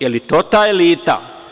Je li to ta elita?